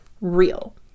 real